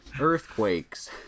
earthquakes